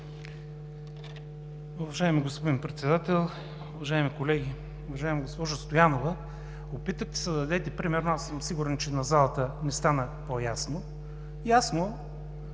Уважаеми господин Председател, уважаеми колеги! Уважаема госпожо Стоянова, опитвате се да дадете пример, но аз съм сигурен, че на залата не й стана по-ясно.